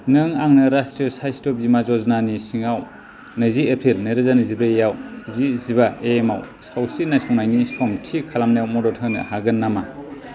नों आंनो राष्ट्रीय' स्वास्थ्य बीमा योजनानि सिङाव नैजि एप्रिल नैरोजा नैजिब्रैआव जि जिबा आव सावस्रि नायसंनायनि सम थि खालामनायाव मदद होनो हागोन नामा